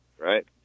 right